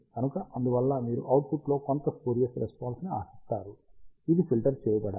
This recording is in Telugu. కనుక అందువల్ల మీరు అవుట్పుట్లో కొంత స్పూరియస్ రెస్పాన్స్ ని ఆశిస్తారు ఇది ఫిల్టర్ చేయబడాలి